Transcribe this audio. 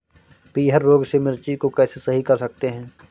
पीहर रोग से मिर्ची को कैसे सही कर सकते हैं?